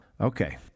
okay